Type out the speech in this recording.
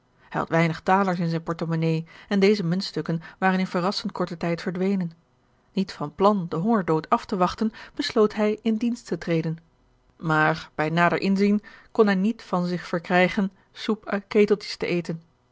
had weinige thalers in zijne portemonnaie en deze muntstukken waren in verrassend korten tijd verdwenen niet van plan den hongerdood af te wachten besloot hij in dienst te treden maar bij nader inzien kon hij niet van zich verkrijgen soep uit keteltjes te eten